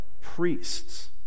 priests